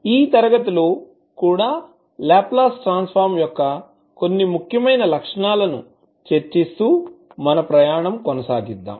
ఈ తరగతిలో కూడా లాప్లాస్ ట్రాన్సఫర్మ్ యొక్క కొన్ని ముఖ్యమైన లక్షణాలను చర్చిస్తూ మన ప్రయాణం కొనసాగిద్దాం